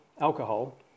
alcohol